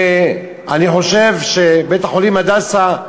ואני חושב שבית-החולים "הדסה"